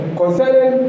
concerning